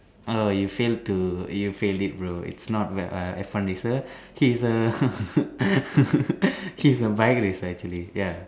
err you failed to you failed it bro it's not uh F one racer he's a he's a bike racer actually ya